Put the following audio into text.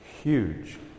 huge